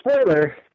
spoiler